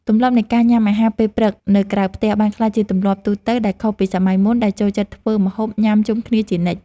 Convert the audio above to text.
ទម្លាប់នៃការញ៉ាំអាហារពេលព្រឹកនៅក្រៅផ្ទះបានក្លាយជាទម្លាប់ទូទៅដែលខុសពីសម័យមុនដែលចូលចិត្តធ្វើម្ហូបញ៉ាំជុំគ្នាជានិច្ច។